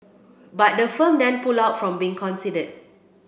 but the firm then pulled out from being consider